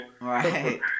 Right